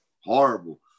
Horrible